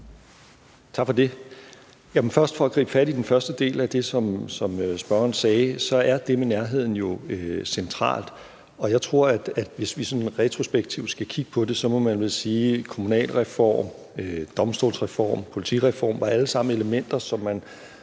Tak for det. For først at gribe fat i den første del af det, som spørgeren sagde, vil jeg sige, at det med nærheden jo er centralt, og jeg tror, at hvis vi skal kigge på det retrospektivt, må man vel sige, at kommunalreformen, domstolsreformen og politireformen alle sammen var elementer, som man